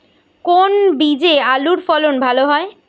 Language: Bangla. কোন বীজে আলুর ফলন ভালো হয়?